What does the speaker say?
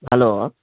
hello